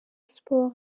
sports